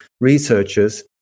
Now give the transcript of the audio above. researchers